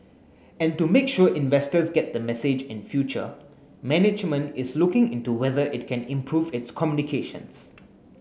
and to make sure investors get the message in future management is looking into whether it can improve its communications